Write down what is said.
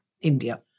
India